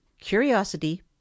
curiosity